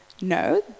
no